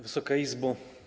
Wysoka Izbo!